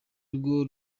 rwo